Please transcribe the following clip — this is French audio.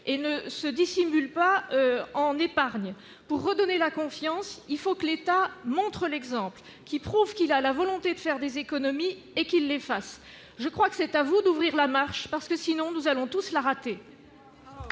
et ne se dissimule pas en épargne pour redonner la confiance, il faut que l'État montre l'exemple qui prouve qu'il a la volonté de faire des économies et qu'ils les fassent je crois que c'est à vous d'ouvrir la marche parce que sinon nous allons tous cela raté.